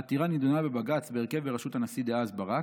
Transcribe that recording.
העתירה נדונה בבג"ץ בהרכב בראשות הנשיא דאז ברק,